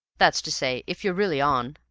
that's to say, if you're really on?